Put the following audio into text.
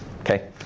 Okay